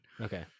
okay